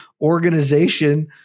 organization